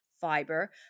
fiber